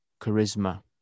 charisma